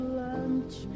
lunch